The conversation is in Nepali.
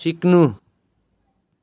सिक्नु